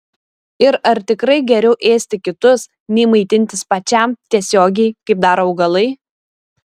ir ar tikrai geriau ėsti kitus nei maitintis pačiam tiesiogiai kaip daro augalai